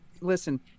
listen